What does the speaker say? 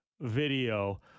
video